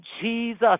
Jesus